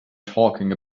talking